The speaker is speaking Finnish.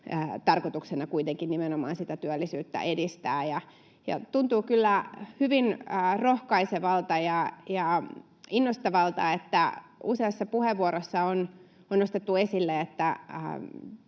tarkoituksena kuitenkin nimenomaan sitä työllisyyttä edistää. Ja tuntuu kyllä hyvin rohkaisevalta ja innostavalta, että useassa puheenvuorossa on nostettu esille, että